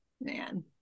man